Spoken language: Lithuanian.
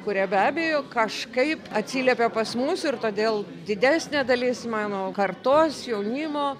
kurie be abejo kažkaip atsiliepė pas mus ir todėl didesnė dalis mano kartos jaunimo